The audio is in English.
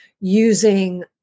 using